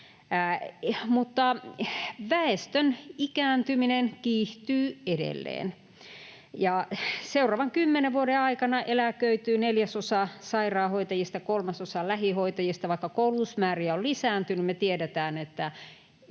väestön ikääntyminen kiihtyy edelleen, ja seuraavan kymmenen vuoden aikana eläköityy neljäsosa sairaanhoitajista, kolmasosa lähihoitajista. Vaikka koulutusmäärät ovat lisääntyneet, me tiedetään, että